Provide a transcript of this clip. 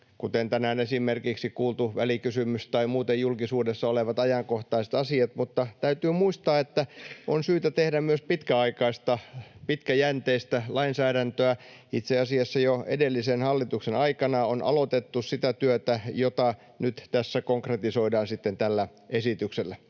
kuten tänään esimerkiksi kuultu välikysymys tai muuten julkisuudessa olevat ajankohtaiset asiat, mutta täytyy muistaa, että on syytä tehdä myös pitkäaikaista, pitkäjänteistä lainsäädäntöä. Itse asiassa jo edellisen hallituksen aikana on aloitettu sitä työtä, jota nyt tässä sitten konkretisoidaan tällä esityksellä.